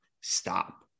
stop